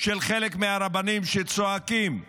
של חלק מהרבנים, שצועקים לצעירים: